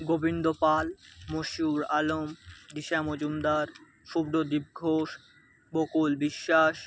Govinda Pal Mosur Alam Disha Majumdar Subhradip Ghosh Bakul Biswas